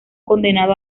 condenado